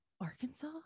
Arkansas